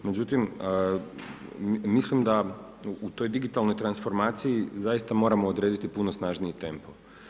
Međutim, mislim da u toj digitalnoj transformaciji, zaista moramo odrediti puno snažniji tempo.